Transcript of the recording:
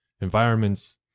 environments